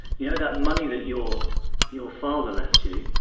you know that money that your your father left you?